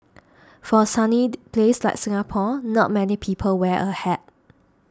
for a sunny place like Singapore not many people wear a hat